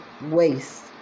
waste